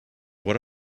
what